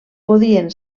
podien